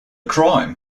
crime